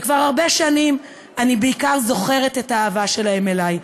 וכבר הרבה שנים אני בעיקר זוכרת את האהבה שלהם אלי.